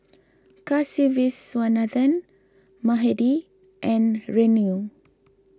Kasiviswanathan Mahade and Renu